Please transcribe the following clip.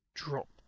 Drop